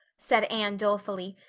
said anne dolefully,